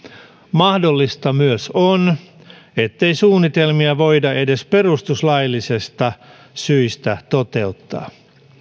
mahdollista myös on ettei suunnitelmia edes voida perustuslaillisista syistä toteuttaa